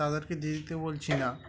তাদেরকে দিয়ে দিতে বলছি না